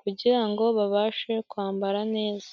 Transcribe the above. kugirango ngo babashe kwambara neza.